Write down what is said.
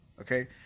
Okay